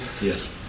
yes